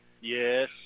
Yes